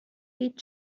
دید